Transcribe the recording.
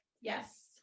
yes